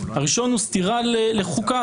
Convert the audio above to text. הראשון הוא סתירה לחוקה.